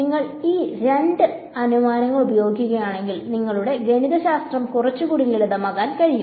നിങ്ങൾ ഈ രണ്ട് അനുമാനങ്ങൾ ഉപയോഗിക്കുകയാണെങ്കിൽ നിങ്ങളുടെ ഗണിതശാസ്ത്രം കുറച്ചുകൂടി ലളിതമാക്കാൻ കഴിയും